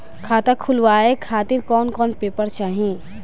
खाता खुलवाए खातिर कौन कौन पेपर चाहीं?